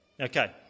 Okay